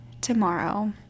tomorrow